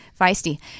feisty